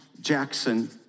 Jackson